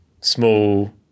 small